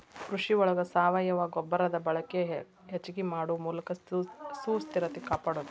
ಕೃಷಿ ಒಳಗ ಸಾವಯುವ ಗೊಬ್ಬರದ ಬಳಕೆ ಹೆಚಗಿ ಮಾಡು ಮೂಲಕ ಸುಸ್ಥಿರತೆ ಕಾಪಾಡುದು